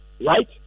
Right